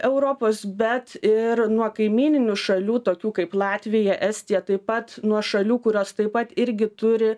europos bet ir nuo kaimyninių šalių tokių kaip latvija estija taip pat nuo šalių kurios taip pat irgi turi